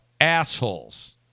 assholes